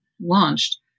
launched